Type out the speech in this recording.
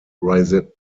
residential